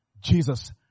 Jesus